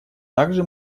также